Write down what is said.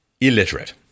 illiterate